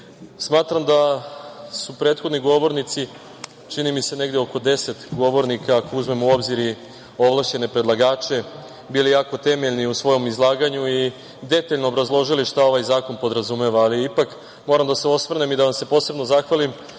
smatram da su prethodni govornici, čini mi se negde oko deset govornika, ako uzmemo u obzir i ovlašćene predlagače, bili jako temeljni u svojim izlaganjima i detaljno obrazložili šta ovaj zakon podrazumeva. Ali ipak moram da se osvrnem i da vam se posebno zahvalim